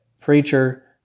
preacher